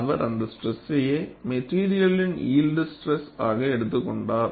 அவர் அந்த ஸ்ட்ரெஸ்யை மெட்டீரியல் இன் யில்ட் ஸ்ட்ரெஸ் ஆக எடுத்துக் கொண்டார்